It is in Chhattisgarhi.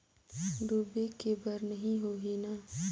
डूबे के बर नहीं होही न?